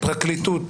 פרקליטות